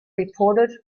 reported